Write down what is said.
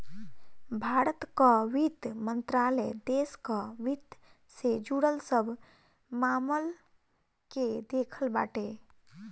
भारत कअ वित्त मंत्रालय देस कअ वित्त से जुड़ल सब मामल के देखत बाटे